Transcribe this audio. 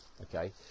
okay